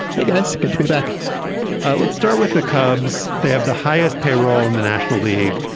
hey guys. good to be back let's start with the cubs. they have the highest payroll in the national league.